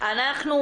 רוצה